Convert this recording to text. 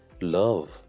love